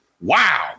Wow